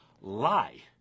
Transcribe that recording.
lie